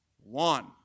One